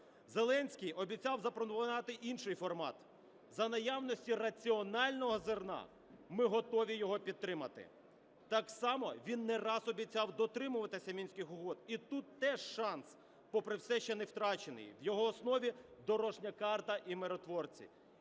Зеленський обіцяв запропонувати інший формат, за наявності раціонального зерна ми готові його підтримати. Так само він не раз обіцяв дотримуватися Мінських угод, і тут теж шанс, попри все ще не втрачений, в його основі дорожня карта і миротворці.